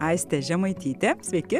aistė žemaitytė sveiki